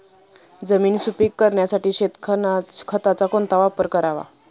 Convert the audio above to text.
जमीन सुपीक करण्यासाठी शेणखताचा उपयोग करावा का?